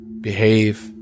behave